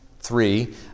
three